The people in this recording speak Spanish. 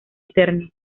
eterno